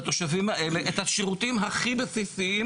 הדחפורים האלה עלו על הבית והרסו אות.